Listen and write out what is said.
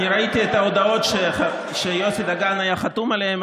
אני ראיתי את ההודעות שיוסי דגן היה חתום עליהן.